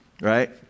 right